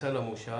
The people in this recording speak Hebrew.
בכניסה למושב,